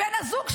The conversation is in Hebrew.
בן הזוג שלה,